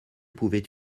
pouvaient